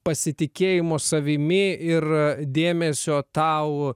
pasitikėjimo savimi ir dėmesio tau